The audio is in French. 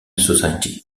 society